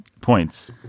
points